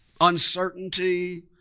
uncertainty